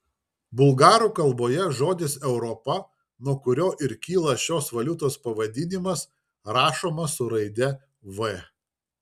bulgarų kalboje žodis europa nuo kurio ir kyla šios valiutos pavadinimas rašomas su raide v